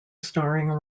starring